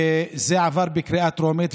וזה עבר בקריאה טרומית.